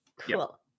Cool